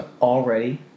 Already